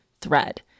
THREAD